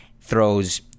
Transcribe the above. Throws